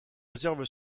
réserve